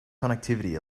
connectivity